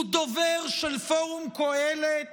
הוא דובר של פורום קהלת